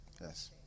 yes